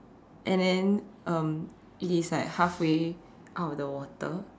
and then um it is like halfway out of the water